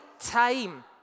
time